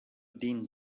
din